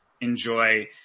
enjoy